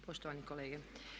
Poštovani kolege.